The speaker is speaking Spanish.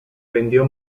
vendió